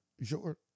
sure